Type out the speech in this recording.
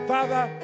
Father